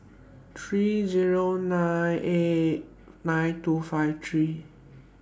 three Zero nine eight nine two five three